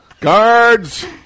Guards